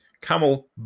Camel